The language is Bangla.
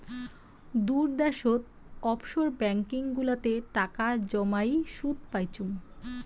দূর দ্যাশোত অফশোর ব্যাঙ্কিং গুলাতে টাকা জমাই সুদ পাইচুঙ